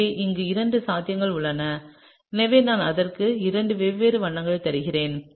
எனவே இங்கே இரண்டு சாத்தியங்கள் உள்ளன எனவே நான் அதற்கு இரண்டு வெவ்வேறு வண்ணங்களை தருகிறேன்